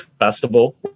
festival